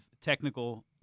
technical